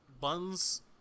buns